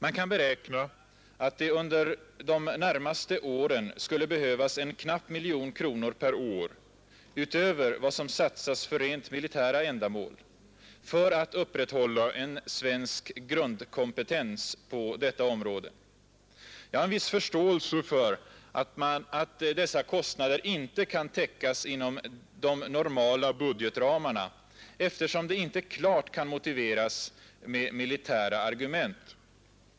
Man kan beräkna att det under de närmaste åren skulle behövas en knapp miljon kronor per år — utöver vad som satsas för rent militära ändamål — för att upprätthålla en svensk grundkompetens på detta område. Jag har en viss förståelse för att dessa kostnader inte kan täckas inom de normala budgetramarna, eftersom de inte klart kan motiveras med militära argument.